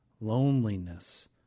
loneliness